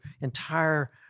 entire